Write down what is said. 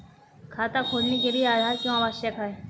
खाता खोलने के लिए आधार क्यो आवश्यक है?